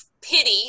pity